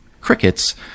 crickets